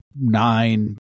nine